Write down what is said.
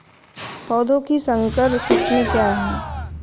पौधों की संकर किस्में क्या हैं?